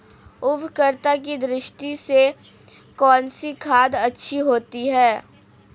उर्वरकता की दृष्टि से कौनसी खाद अच्छी होती है?